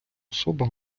особа